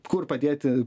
kur padėti